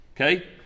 Okay